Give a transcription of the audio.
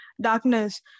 darkness